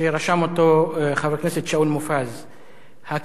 שרשם אותו חבר הכנסת שאול מופז ב"גינס"